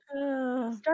start